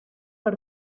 per